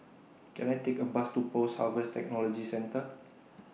Can I Take A Bus to Post Harvest Technology Centre